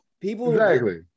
people